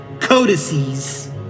codices